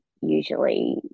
usually